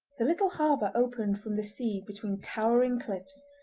the little harbour opened from the sea between towering cliffs,